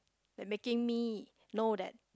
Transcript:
and making me know that